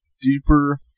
deeper